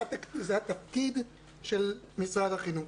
זה התפקיד של משרד החינוך.